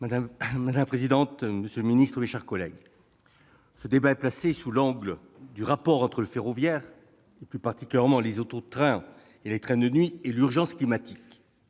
Madame la présidente, monsieur le secrétaire d'État, mes chers collègues, ce débat est placé sous l'angle du rapport entre le ferroviaire, plus particulièrement les auto-trains et les trains de nuit, et l'urgence climatique.